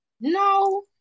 No